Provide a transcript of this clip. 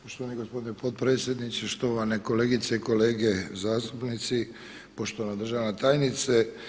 Poštovani gospodine potpredsjedniče, štovane kolegice i kolege zastupnici, poštovana državna tajnice.